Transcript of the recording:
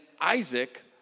Isaac